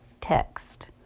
text